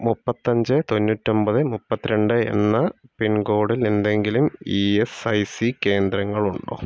മുപ്പത്തഞ്ച് തൊണ്ണൂറ്റൊമ്പത് മുപ്പത്തി രണ്ട് എന്ന പിൻകോഡിൽ എന്തെങ്കിലും ഈ എസ്സ് ഐ സി കേന്ദ്രങ്ങളുണ്ടോ